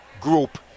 group